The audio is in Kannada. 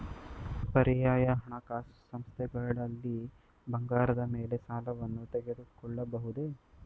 ಪರ್ಯಾಯ ಹಣಕಾಸು ಸಂಸ್ಥೆಗಳಲ್ಲಿ ಬಂಗಾರದ ಮೇಲೆ ಸಾಲವನ್ನು ತೆಗೆದುಕೊಳ್ಳಬಹುದೇ?